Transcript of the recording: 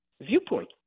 viewpoint